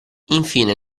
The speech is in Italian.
infine